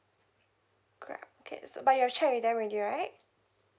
correct okay so but you've checked with them when you arrived